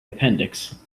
appendix